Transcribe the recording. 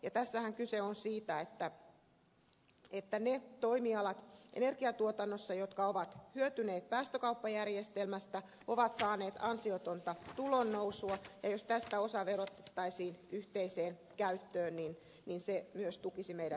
tässähän kyse on siitä että ne toimialat energiatuotannossa jotka ovat hyötyneet päästökauppajärjestelmästä ovat saaneet ansiotonta tulonnousua ja jos tästä osa verotettaisiin yhteiseen käyttöön se myös tukisi meidän talouttamme